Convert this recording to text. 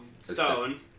stone